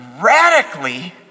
radically